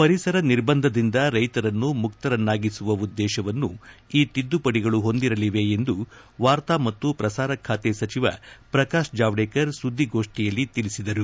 ಪರಿಸರ ನಿರ್ಬಂಧದಿಂದ ರೈಶರನ್ನು ಮುಕ್ತರನ್ನಾಗಿಸುವ ಉದ್ದೇಶವನ್ನು ಈ ತಿದ್ದುಪಡಿಗಳು ಹೊಂದಿರಲಿವೆ ಎಂದು ವಾರ್ತಾ ಮತ್ತು ಪ್ರಸಾರ ಖಾತೆ ಸಚಿವ ಪ್ರಕಾಶ್ ಜಾವಡೇಕರ್ ಸುದ್ದಿಗೋಷ್ಠಿಯಲ್ಲಿ ತಿಳಿಸಿದರು